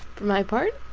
for my part,